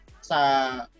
sa